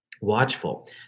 watchful